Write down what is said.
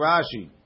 Rashi